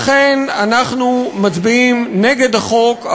לכן אנחנו מצביעים נגד החוק,